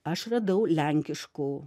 aš radau lenkiškų